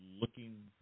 looking